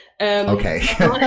Okay